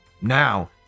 Now